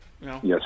Yes